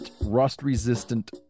rust-resistant